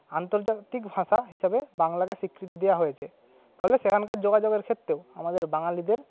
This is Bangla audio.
আন্তর্জাতিক ভাষা হিসাবে বাংলাকে স্বীকৃতি দেওয়া হয়েছে ফলে সেখানকার যোগাযোগের ক্ষেত্রেও আমাদের বাঙালিদের